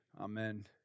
Amen